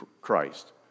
Christ